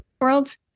world